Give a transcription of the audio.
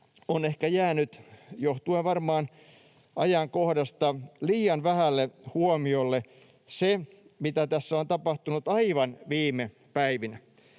on ehkä jäänyt, johtuen varmaan ajankohdasta, liian vähälle huomiolle se, mitä tässä on tapahtunut aivan viime päivinä.